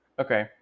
okay